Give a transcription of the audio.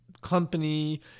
company